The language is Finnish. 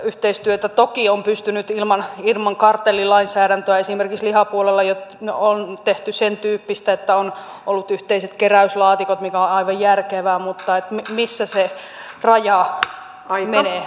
yhteistyötä toki on pystynyt tekemään ilman kartellilainsäädäntöä esimerkiksi lihapuolella jo on tehty sen tyyppistä että on ollut yhteiset keräyslaatikot mikä on aivan järkevää mutta missä se raja menee arvoisa ministeri